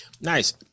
nice